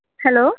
hello